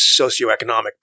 socioeconomic